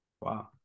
Wow